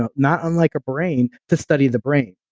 ah not unlike a brain to study the brain.